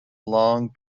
long